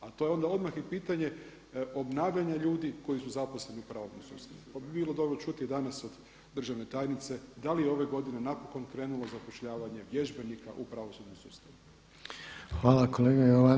A to je onda odmah i pitanje obnavljanja ljudi koji su zaposleni u pravosudnom sustavu, pa bi bilo dobro čuti i danas od državne tajnice da li je ove godine napokon krenulo zapošljavanje vježbenika u pravosudnom sustavu.